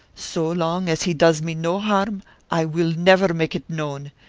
so long as he does me no harm i will never make it known,